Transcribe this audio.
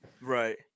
Right